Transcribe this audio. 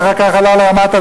ואחר כך עלה לרמת-הגולן,